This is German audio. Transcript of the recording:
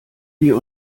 wir